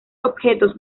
objetos